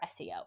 SEO